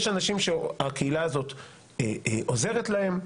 יש אנשים שהקהילה הזאת עוזרת להם.